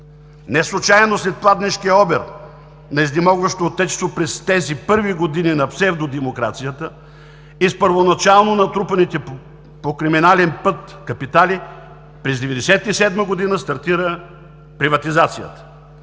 Не случайно след пладнешкия обир на изнемогващото отечество през тези първи години на псевдодемокрацията и с първоначално натрупаните по криминален път капитали, през 1997 г. стартира приватизацията.